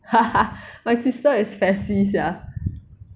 my sister is faci sia